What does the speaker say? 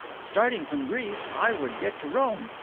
starting from greece, i would get to rome,